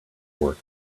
work